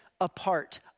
apart